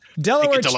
Delaware